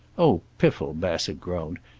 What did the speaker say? oh, piffle! bassett groaned.